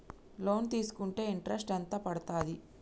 Loan తీస్కుంటే interest ఎంత పడ్తది?